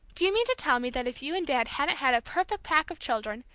do you mean to tell me that if you and dad hadn't had a perfect pack of children,